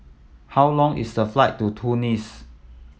how long is the flight to Tunis